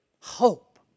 Hope